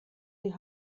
die